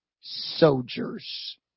soldiers